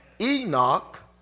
Enoch